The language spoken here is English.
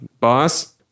Boss